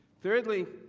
thirdly,